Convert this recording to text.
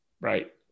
Right